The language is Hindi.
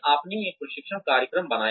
आपने एक प्रशिक्षण कार्यक्रम बनाया